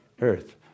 Earth